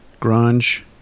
grunge